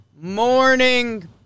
morning